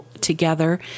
together